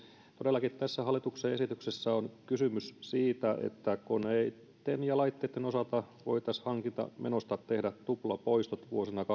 todellakin tässä hallituksen esityksessä on kysymys siitä että koneitten ja laitteitten osalta voitaisiin hankintamenoista tehdä tuplapoistot